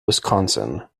wisconsin